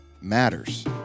matters